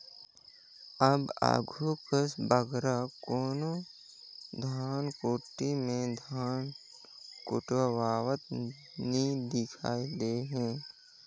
अब आघु कस बगरा कोनो धनकुट्टी में धान कुटवावत नी दिखई देहें